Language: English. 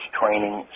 training